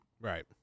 right